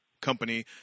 company